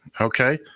okay